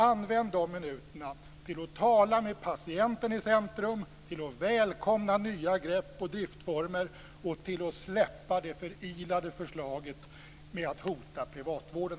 Använd de minuterna till att tala med patienten i centrum, till att välkomna nya grepp och driftformer och till att släppa det förilade förslaget med att hota privatvården!